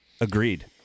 Agreed